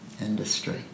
industry